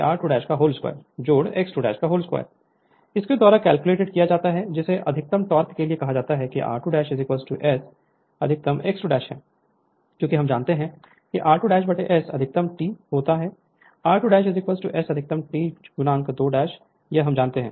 I start 2If12 r2 Sf1 x22 r22 x22 के द्वारा calculate किया जा सकता है जिसमें अधिकतम टोक़ के लिए कहता है की r2 S अधिकतम x 2 है क्योंकि हम जानते हैं r2 S अधिकतम T तो r2 S अधिकतम T x 2 यह हम जानते हैं